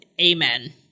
Amen